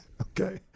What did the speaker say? Okay